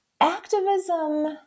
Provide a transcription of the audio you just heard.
activism